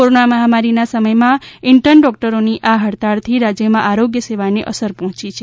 corona મહામારીના સમયમાં intern ડોકટરોની આ હડતાળથી રાજ્યમાં આરોગ્ય સેવાને અસર પહોંચી છે